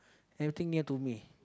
everything near to me